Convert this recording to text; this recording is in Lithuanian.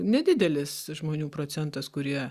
nedidelis žmonių procentas kurie